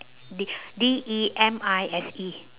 D D E M I S E